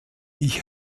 ich